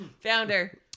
Founder